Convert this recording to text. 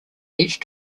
each